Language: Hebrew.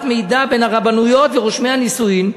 מידע בין הרבנויות ורושמי הנישואין,